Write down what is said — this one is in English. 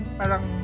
parang